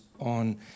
on